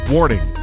Warning